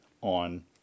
on